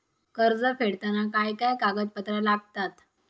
कर्ज फेडताना काय काय कागदपत्रा लागतात?